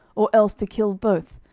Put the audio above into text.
or else to kill both,